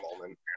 moment